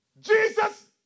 Jesus